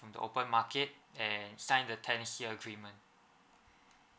in the open market and sign the tenancy agreement